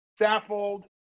Saffold